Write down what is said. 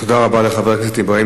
תודה רבה לחבר הכנסת אברהים